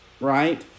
right